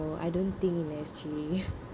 I don't think in S_G